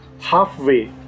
halfway